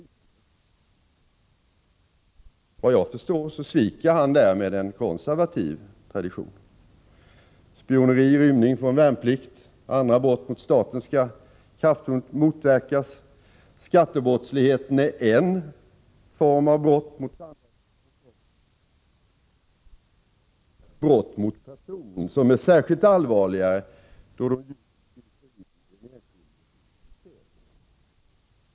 Såvitt jag förstår sviker han därmed en konservativ tradition. Spioneri och rymning från värnplikt samt andra brott mot staten skall kraftfullt motverkas. Skattebrottsligheten är en form av brott mot samhället och kräver sina insatser. Så gör också brott mot personer, som ju är särskilt allvarliga därför att de djupt griper in i den enskildes integritet. För mig är det självklart att all brottslighet skall motverkas. Jag är lika upprörd över allt slags brottslighet. Jag talar aldrig, Ulf Adelsohn, om vardagsbrottslighet.